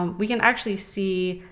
um we can actually see,